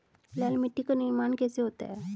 लाल मिट्टी का निर्माण कैसे होता है?